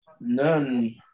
None